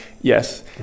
yes